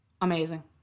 Amazing